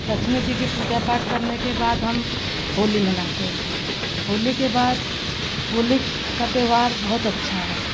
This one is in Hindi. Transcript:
लक्ष्मी जी की पूजा पाठ करने के बाद हम होली मनाते हैं होली के बाद होली का त्योहार बहुत अच्छा है